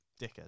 dickhead